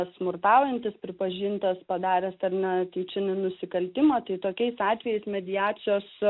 smurtaujantis pripažintas padaręs ar netyčinį nusikaltimą tai tokiais atvejais mediacijos